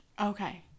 Okay